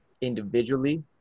Individually